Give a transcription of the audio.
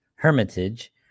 Hermitage